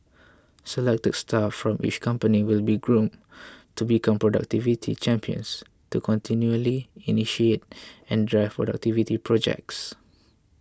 selected staff from each company will be groomed to become productivity champions to continually initiate and drive productivity projects